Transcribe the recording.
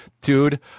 Dude